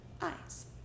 eyes